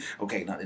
okay